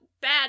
bad